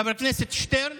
חבר הכנסת שטרן,